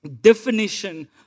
definition